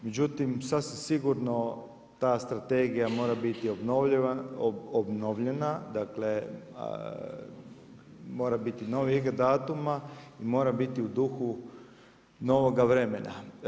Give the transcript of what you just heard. Međutim, sasvim sigurno ta strategija mora biti obnovljena, mora biti novijeg datuma i mora biti u duhu novoga vremena.